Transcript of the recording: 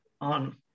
on